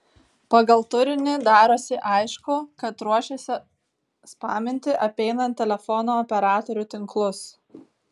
pagal turinį darosi aišku kad ruošiasi spaminti apeinant telefono operatorių tinklus